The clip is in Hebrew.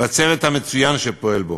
והצוות המצוין שפועל בו: